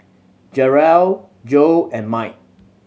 Jarrell Joe and Mike